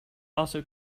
also